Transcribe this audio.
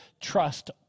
trust